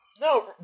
No